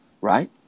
right